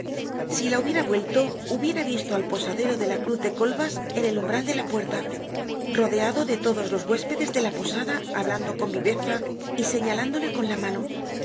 si la hubiera vuelto hubiera visto al posadero de la cruz de coibas en el umbral de la puerta rodeado de todos los huéspedes de la posada hablando con viveza y señalándole con la mano